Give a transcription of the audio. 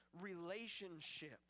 relationship